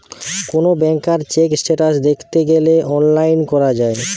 কোন ব্যাংকার check status দ্যাখতে গ্যালে অনলাইন করা যায়